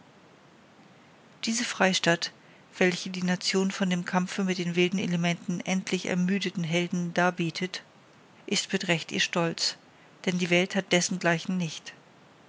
diese freistatt welche die nation dem vom kampfe mit den wilden elementen endlich ermüdeten helden darbietet ist mit recht ihr stolz denn die welt hat dessengleichen nicht